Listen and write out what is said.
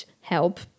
help